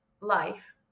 life